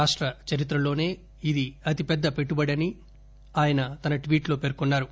రాష్టాలు చరిత్రలోసే ఇది అతిపెద్ద పెట్టుబడని ఆయన తన ట్వీట్లో పేర్కొన్నారు